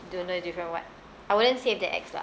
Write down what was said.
don't know different what I wouldn't save the X lah